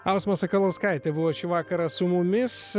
klausimas sakalauskaitė buvo šį vakarą su mumis